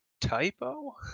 typo